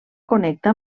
connecta